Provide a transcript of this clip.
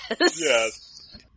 Yes